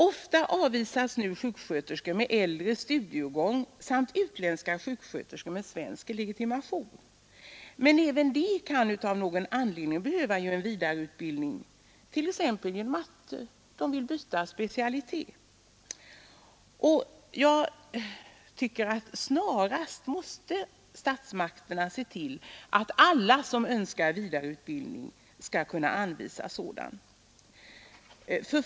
Ofta avvisas sjuksköterskor med utbildning enligt äldre studiegång samt utländska sjuksköterskor med svensk legitimation. Men även de kan av någon anledning behöva en vidareutbildning. De vill kanske byta sin specialitet. Statsmakterna måste snarast se till att alla som önskar vidareutbildning kan anvisas sådan.